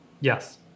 Yes